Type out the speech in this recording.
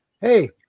hey